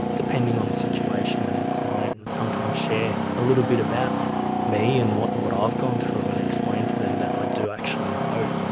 depending on the situation and the client, sometimes share a little bit about me and what what i've gone through and explained to them that i do actually know.